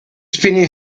spinning